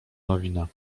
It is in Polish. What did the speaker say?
nowina